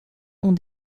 ont